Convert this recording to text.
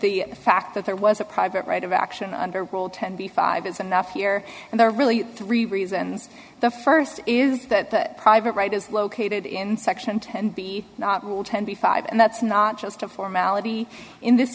the fact that there was a private right of action under ten b five is enough here and there are really three reasons the first is that the private right is located in section ten b not rule ten b five and that's not just a formality in this